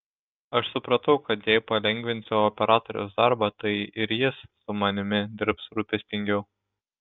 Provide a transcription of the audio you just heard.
aš supratau kad jei palengvinsiu operatoriaus darbą tai ir jis su manimi dirbs rūpestingiau